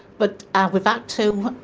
but ah we've had to